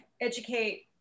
educate